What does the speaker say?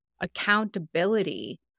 accountability